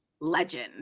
legend